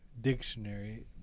dictionary